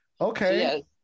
okay